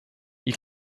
you